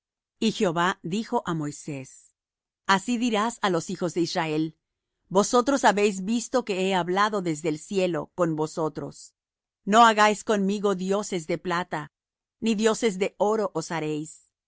y jehová dijo á moisés así dirás á los hijos de israel vosotros habéis visto que he hablado desde el cielo con vosotros no hagáis conmigo dioses de plata ni dioses de oro os haréis